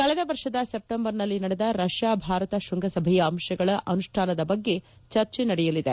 ಕಳೆದ ವರ್ಷದ ಸೆಪ್ಲೆಂಬರ್ನಲ್ಲಿ ನಡೆದ ರಷ್ಯಾ ಭಾರತ ಶ್ಯಂಗಸಭೆಯ ಅಂತಗಳ ಅನುಷ್ಠಾನದ ಬಗ್ಗೆ ಚರ್ಚೆ ನಡೆಯಲಿದೆ